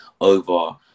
over